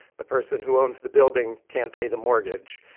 the person who owns the building can't pay the mortgage.